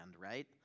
right